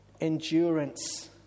endurance